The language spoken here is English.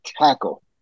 tackle